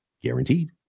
guaranteed